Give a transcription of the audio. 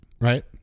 right